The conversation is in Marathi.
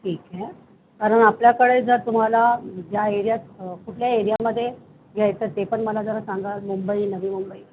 ठीक आहे कारण आपल्याकडे जर तुम्हाला ज्या एरियात कुठल्या एरियामध्ये घ्यायचं ते पण मला जरा सांगा मुंबई नवी मुंबई